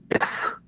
Yes